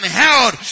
held